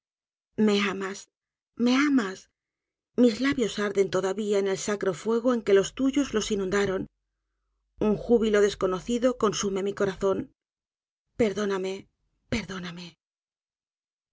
me amas me amas mis labios arden todavía en el sacro fuego en que los tuyos los inundaron un júbilo desconocido consume mi corazón perdóname perdóname